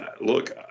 look